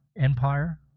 empire